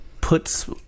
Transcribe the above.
puts